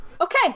Okay